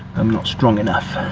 i'm not strong enough.